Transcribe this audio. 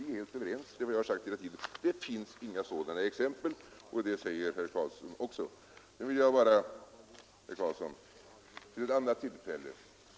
Vi är helt överens — jag har hela tiden sagt att det inte finns några sådana exempel, och det säger nu herr Karlsson också.